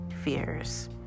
Fears